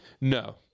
No